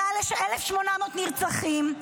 מעל 1,800 נרצחים,